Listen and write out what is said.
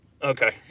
Okay